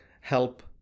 help